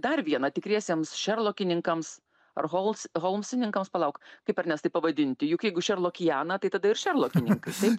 dar vieną tikriesiems šerlokininkams ar hols holmsininkams palauk kaip ernestai pavadinti juk jeigu šerlokiana tai tada ir šerlokininkai taip